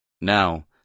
Now